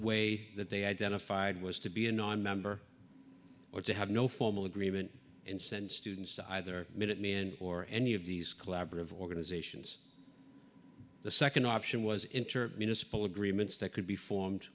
way that they identified was to be a nonmember or to have no formal agreement and send students to either minuteman or any of these collaborative organizations the second option was intervene in a simple agreements that could be formed